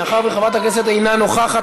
מאחר שחברת הכנסת אינה נוכחת,